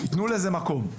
יתנו לזה מקום.